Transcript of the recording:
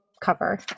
cover